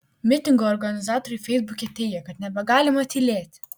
mitingo organizatoriai feisbuke teigė kad nebegalima tylėti